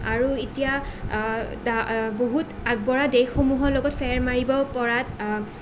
আৰু এতিয়া বহুত আগবঢ়া দেশসমূহৰ লগত ফেৰ মাৰিব পৰাত